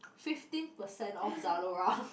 fifteen percent off Zalora